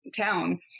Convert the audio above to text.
town